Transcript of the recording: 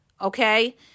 Okay